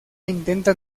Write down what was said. intenta